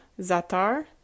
Zatar